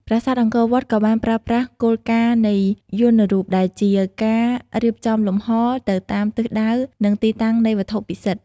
ប្រាសាទអង្គរវត្តក៏បានប្រើប្រាស់គោលការណ៍នៃយន្តរូបដែលជាការរៀបចំលំហទៅតាមទិសដៅនិងទីតាំងនៃវត្ថុពិសិដ្ឋ។